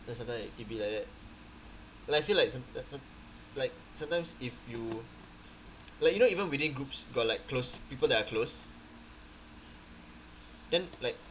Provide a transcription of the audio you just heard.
then started with C_B like that like I feel like like sometimes if you like you know even within groups got like close people that are close then like